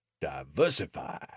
diversify